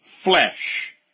flesh